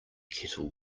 kettle